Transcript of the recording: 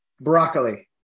broccoli